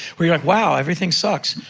you're like, wow, everything sucks.